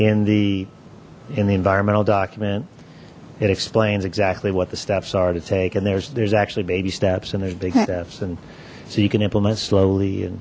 in the in the environmental document it explains exactly what the steps are to take and there's there's actually baby steps and there's big steps and so you can implement slowly